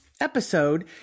episode